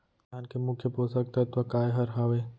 धान के मुख्य पोसक तत्व काय हर हावे?